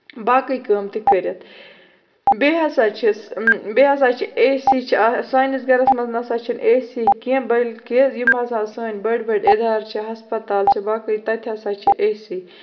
باقٕے کٲم تہِ کٔرِتھ بیٚیہِ ہسا چھِس بیٚیہِ ہسا چھِ اے سی چھِ آسان سٲنِس گرَس منٛز نہ سا چھِنہٕ اے سی کیٚنہہ بٔلکہِ یِم ہسا سٲنۍ بٔڑ بٔڑ اِدارٕ چھِ ہَسپَتال چھِ باقٕے تَتہِ ہسا چھِ اے سی